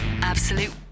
Absolute